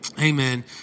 amen